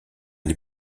les